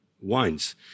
wines